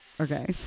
Okay